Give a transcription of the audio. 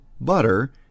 butter